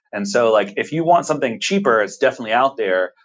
and so, like if you want something cheaper that's definitely out there,